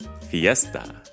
Fiesta